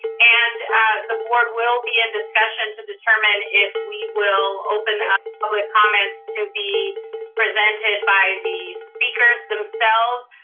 and the board will be in discussion to determine if we will open up public comments to be presented by these speakers themselves.